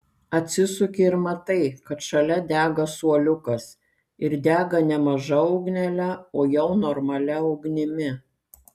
atsisuki ir matai kad šalia dega suoliukas ir dega ne maža ugnele o jau normalia ugnimi